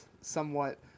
somewhat